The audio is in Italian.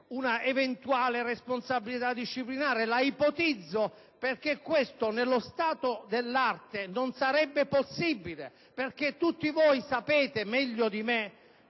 un'eventuale responsabilità disciplinare, che ipotizzo soltanto, perché questo, allo stato dell'arte, non sarebbe possibile. Infatti, tutti voi sapete meglio di me